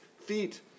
feet